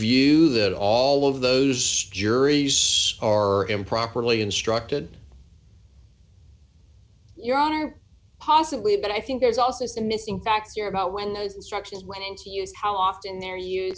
view that all of those juries are improperly instructed your honor possibly but i think there's also some missing facts here about when those instructions went into use how often they're